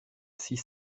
six